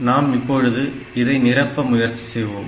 நாம் இப்பொழுது இதை நிரப்ப முயற்சி செய்வோம்